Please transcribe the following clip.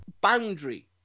boundary